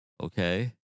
Okay